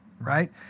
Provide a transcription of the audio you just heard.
right